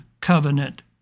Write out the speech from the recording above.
covenant